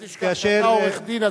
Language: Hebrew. אל תשכח שאתה עורך-דין,